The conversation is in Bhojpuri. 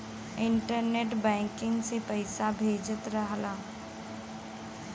इन्टरनेट बैंकिंग से पइसा भेजत रहला